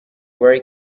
very